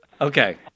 Okay